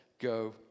Go